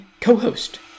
co-host